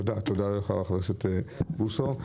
תודה חבר הכנסת בוסו.